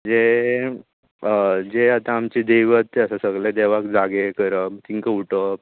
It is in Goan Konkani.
जें जें आतां आमचें दैवत आसा सगले देवाक जागे करप तिंकां उटोवप